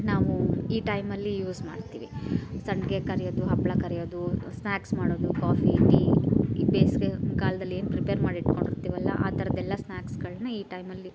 ನಾವು ಈ ಟೈಮಲ್ಲಿ ಯೂಸ್ ಮಾಡ್ತೀವಿ ಸಂಡಿಗೆ ಕರಿಯೋದು ಹಪ್ಪಳ ಕರಿಯೋದು ಸ್ನಾಕ್ಸ್ ಮಾಡೋದು ಕಾಫಿ ಟೀ ಈ ಬೇಸಿಗೆ ಕಾಲದಲ್ಲಿ ಏನು ಪ್ರಿಪೇರ್ ಮಾಡಿಟ್ಕೊಂಡಿರ್ತೀವಲ್ಲ ಆ ಥರದ್ದೆಲ್ಲ ಸ್ನಾಕ್ಸುಗಳ್ನ ಈ ಟೈಮಲ್ಲಿ